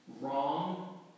wrong